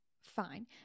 fine